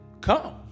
come